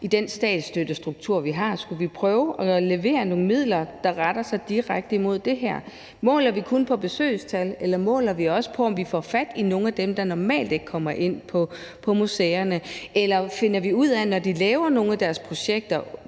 den statsstøttestruktur, vi har, skulle prøve at levere nogle midler, der retter sig direkte mod det her. Måler vi kun på besøgstal, eller måler vi også på, om vi får fat i nogle af dem, der normalt ikke kommer ind på museerne? Eller finder vi ud af det, når de laver nogle af deres projekter?